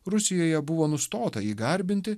rusijoje buvo nustota jį garbinti